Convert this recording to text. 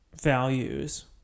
values